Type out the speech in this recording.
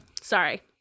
sorry